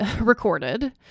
recorded